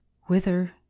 whither